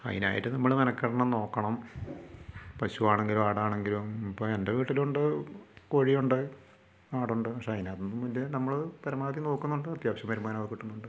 അതിനായിട്ട് നമ്മൾ മെനക്കെടണം നോക്കണം പശു ആണെങ്കിലും ആട് ആണെങ്കിലും ഇപ്പോൾ എൻ്റെ വീട്ടിൽ ഉണ്ട് കോഴി ഉണ്ട് ആട് ഉണ്ട് പക്ഷേ അതിനകത്തൊന്നും വലിയ നമ്മൾ പരമാവധി നോക്കുന്നുണ്ട് അത്യാവശ്യം വരുമാനം ഒക്കെ കിട്ടുന്നുണ്ട്